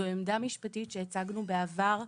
זו עמדה משפטית שהצגנו בעבר,